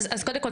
אז קודם כול,